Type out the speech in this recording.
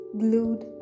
glued